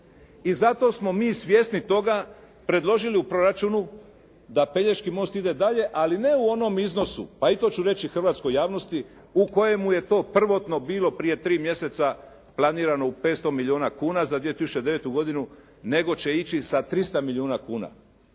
i zato smo mi svjesni toga predložili u proračunu da Pelješki most ide dalje, ali ne u onom iznosu, pa i to ću reći hrvatskoj javnosti u kojemu je to prvotno bilo prije tri mjeseca planirano u 500 milijuna kuna za 2009. godinu, nego će ići sa 300 milijuna kuna.